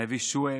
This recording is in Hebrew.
הנביא שועייב,